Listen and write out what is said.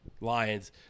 Lions